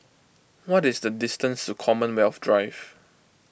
what is the distance to Commonwealth Drive